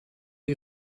die